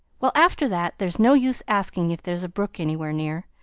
well, after that, there's no use asking you if there's a brook anywhere near.